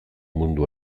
mundu